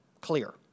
Clear